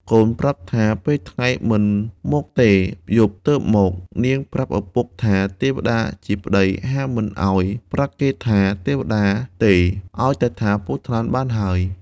កូនប្រាប់ថា ពេលថ្ងៃមិនមកទេ យប់ទើបមក នាងប្រាប់ឪពុកម្ដាយថា ទេវតាជាប្ដីហាមមិនឱ្យប្រាប់គេថា ទេវតាទេឱ្យថាតែពស់ថ្លាន់បានហើយ។